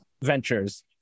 ventures